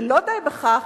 ולא די בכך,